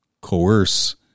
coerce